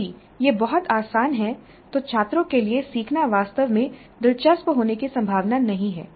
यदि यह बहुत आसान है तो छात्रों के लिए सीखना वास्तव में दिलचस्प होने की संभावना नहीं है